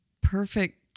perfect